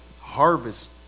harvest